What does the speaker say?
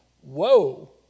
whoa